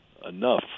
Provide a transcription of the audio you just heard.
enough